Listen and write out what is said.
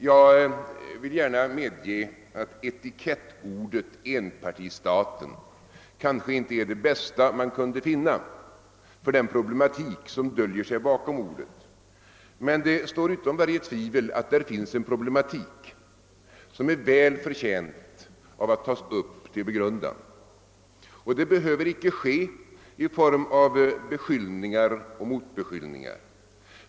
Jag vill gärna medge att etikettordet enpartistaten kanske inte är det bästa man kunde finna för den problematik som döljer sig bakom ordet, men det står utom varje tvivel att där finns en problematik som är väl förtjänt av att tas upp till begrundan. Det behöver icke ske i form av beskyllningar och motbeskyllningar.